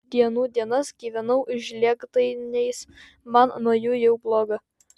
dienų dienas gyvenau žlėgtainiais man nuo jų jau bloga